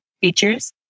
features